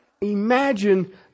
imagine